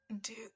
Dude